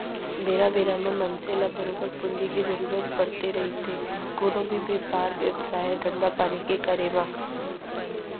बेरा बेरा म मनसे ल बरोबर पूंजी के जरुरत पड़थे रहिथे कोनो भी बेपार बेवसाय, धंधापानी के करे म